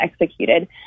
executed